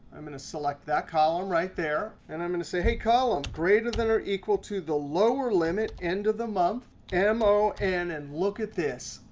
i'm going to select that column right there. and i'm going to say, hey column, greater than or equal to the lower limit end of the month m o n. and look at this.